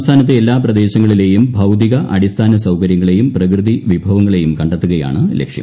സംസ്ഥാനത്തെ എല്ലാ പ്രദേശങ്ങളിലെയും ദൌതിക അടിസ്ഥാന സൌകര്യങ്ങളെയും വിഭവങ്ങളെയും പ്രകൃതി കണ്ടെത്തുകയാണ് ലക്ഷ്യം